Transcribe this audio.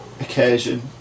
occasion